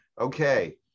Okay